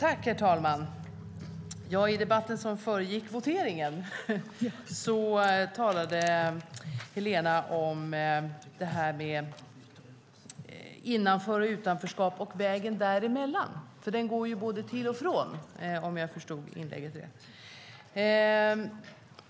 Herr talman! I debatten som föregick voteringen talade Helena om innanförskap och utanförskap och vägen däremellan. Den går både till och från, om jag förstod inlägget rätt.